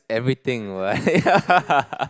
everything right